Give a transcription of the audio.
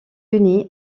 unis